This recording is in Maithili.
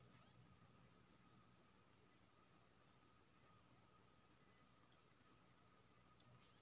पारिस्थितिकी तंत्र मे जे बदलाव भए रहल छै ओकरा पाछु जंगल कटनी एकटा बड़का कारण छै